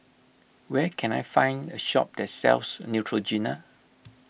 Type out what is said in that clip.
where can I find a shop that sells Neutrogena